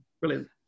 Brilliant